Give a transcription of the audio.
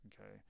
Okay